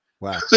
Wow